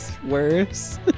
worse